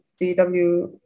DW